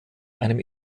einem